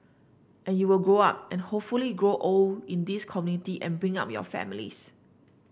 and you would grow up and hopefully grow old in this community and bring up your families